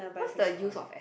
what's the use of a~